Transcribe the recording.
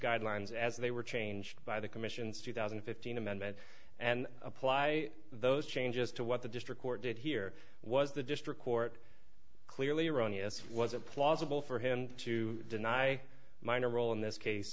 guidelines as they were changed by the commission's two thousand and fifteen amendment and apply those changes to what the district court did here was the district court clearly erroneous was it plausible for him to deny minor role in this case